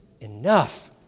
enough